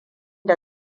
da